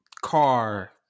car